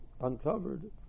uncovered